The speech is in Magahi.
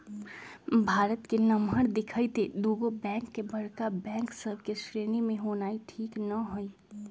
भारत के नमहर देखइते दुगो बैंक के बड़का बैंक सभ के श्रेणी में होनाइ ठीक न हइ